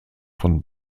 von